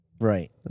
Right